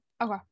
Okay